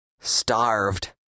Starved